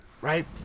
right